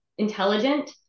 intelligent